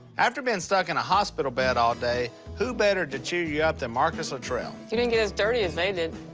after being stuck in a hospital bed all day, who better to cheer you up than marcus luttrell? he didn't get as dirty as they did.